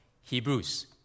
Hebrews